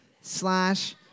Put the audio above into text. slash